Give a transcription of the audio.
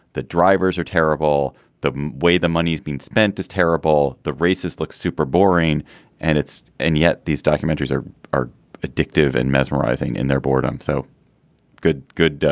the drivers are terrible the way the money is being spent is terrible. the races look super boring and it's. and yet these documentaries are are addictive and mesmerizing in their boredom. so good. good.